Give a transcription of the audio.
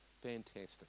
Fantastic